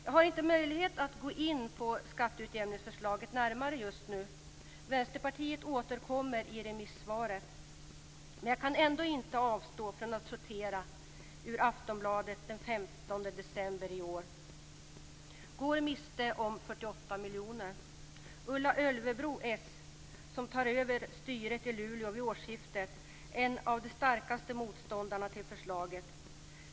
Jag har inte möjlighet att gå in på skatteutjämningsförslaget närmare just nu. Vänsterpartiet återkommer i remissvaret. Jag kan ändå inte avstå från att citera ur Aftonbladet den 15 december i år: Ulla Ölvebro som tar över styret i Luleå vid årsskiftet är en av de starkaste motståndarna till förslaget.